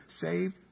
saved